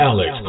Alex